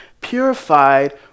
purified